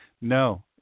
No